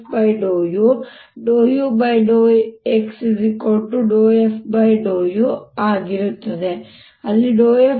∂u∂x∂f∂usince ux vt ಆಗಿರುತ್ತದೆ ಅಲ್ಲಿ ∂f∂t∂f∂u